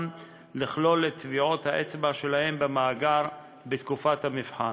לכלול את טביעות האצבע שלהם במאגר בתקופת המבחן.